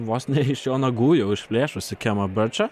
vos ne iš jo nagų jau išplėšusį kemą birčą